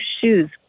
shoes